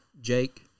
Jake